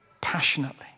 passionately